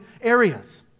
areas